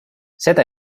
seda